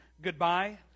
goodbye